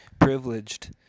privileged